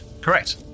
correct